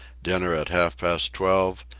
dinner at half-past twelve,